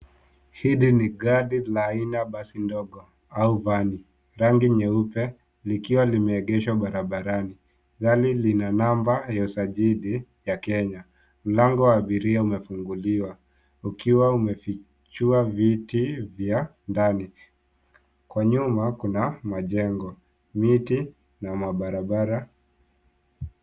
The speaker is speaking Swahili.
Hili ni gari la aina la basi ndogo au vani, rangi nyeupe, likiwa limeegeshwa barabarani. Gari lina namba ya usajili ya Kenya. Mlango wa abiria umefunguliwa ukiwa umefichua viti vya ndani. Kwa nyuma, kuna majengo, miti na mabarabara.